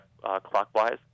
clockwise